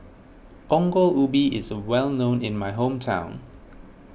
Ongol Ubi is well known in my hometown